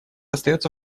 остается